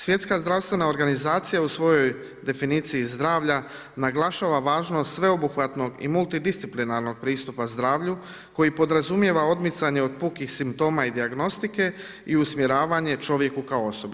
Svjetska zdravstvena organizacija u svojoj definiciji zdravlja naglašava važnost sveobuhvatnog i multidisciplinarnog pristupa zdravlju koji podrazumijeva odmicanje od pukih simptoma i dijagnostike i usmjeravanje čovjeku kao osobi.